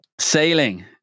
sailing